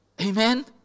Amen